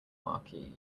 marquee